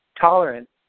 tolerance